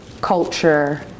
culture